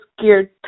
geared